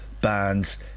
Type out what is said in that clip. bands